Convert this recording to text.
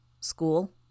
School